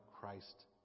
Christ